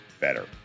better